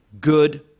good